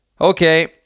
Okay